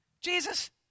Jesus